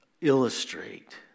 illustrate